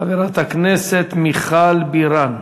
חברת הכנסת מיכל בירן.